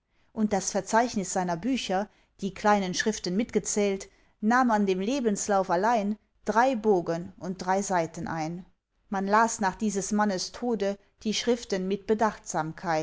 und das verzeichnis seiner bücher die kleinen schriften mitgezählt nahm an dem lebenslauf allein drei bogen und drei seiten ein man las nach dieses mannes tode die schriften mit